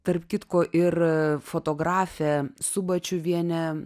tarp kitko ir fotografė subačiuvienė